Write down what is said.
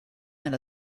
and